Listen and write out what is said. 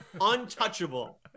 untouchable